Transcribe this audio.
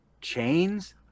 chains